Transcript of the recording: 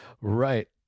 Right